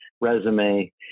resume